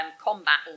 combat